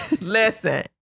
Listen